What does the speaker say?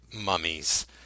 mummies